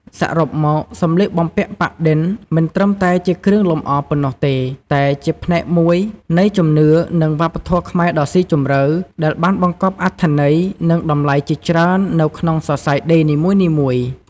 សរុបមកសម្លៀកបំពាក់ប៉ាក់-ឌិន មិនត្រឹមតែជាគ្រឿងលម្អប៉ុណ្ណោះទេ តែជា ផ្នែកមួយនៃជំនឿ និងវប្បធម៌ខ្មែរដ៏ស៊ីជម្រៅ ដែលបានបង្កប់អត្ថន័យ និងតម្លៃជាច្រើននៅក្នុងសរសៃដេរនីមួយៗ។